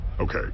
Okay